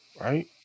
right